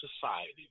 society